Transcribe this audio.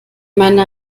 meiner